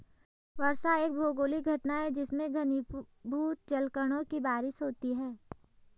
वर्षा एक भौगोलिक घटना है जिसमें घनीभूत जलकणों की बारिश होती है